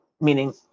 meaning